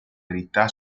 verità